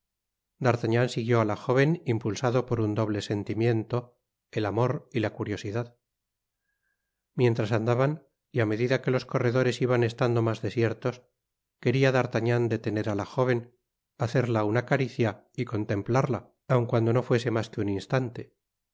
d'artagnrn siguió á la jóven impulsado por un doble sentimiento el amor y la curiosidad mientras andaban y á medida que los corredores iban estando mas desiertos queria d'artagnan detener á la jóven hacerla una caricia y contemplarla aun cuando no fuese mas que un instante